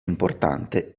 importante